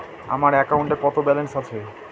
আমার অ্যাকাউন্টে কত ব্যালেন্স আছে?